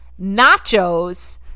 nachos